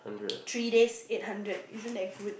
three days eight hundred isn't that good